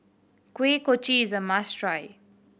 Kuih Kochi is a must try